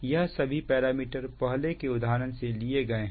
यह सभी पैरामीटर पहले के उदाहरण से लिए गए हैं